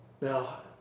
Now